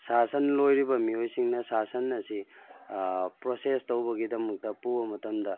ꯁꯥ ꯁꯟ ꯂꯣꯏꯔꯤꯕ ꯃꯤꯑꯣꯏꯁꯤꯡꯅ ꯁꯥ ꯁꯟ ꯑꯁꯤ ꯄ꯭ꯔꯣꯁꯦꯁ ꯇꯧꯕꯒꯤꯗꯃꯛ ꯄꯨꯕ ꯃꯇꯝꯗ